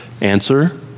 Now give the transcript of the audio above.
Answer